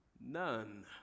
none